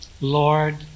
Lord